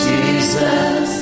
Jesus